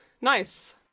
Nice